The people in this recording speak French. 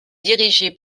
dirigée